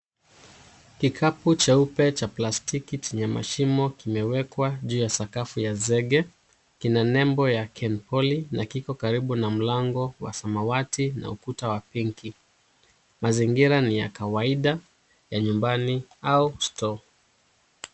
Kikapu cheupe cha plastiki chenye mashimo kimewekwa juu ya sakafu ya zege, kina nembo ya kenpoly na kiko karibu na mlango wa samawati na ukuta wa pinki. Mazingira ni ya kawaida ya nyumbani au stoo.